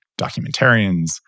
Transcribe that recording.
documentarians